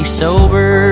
sober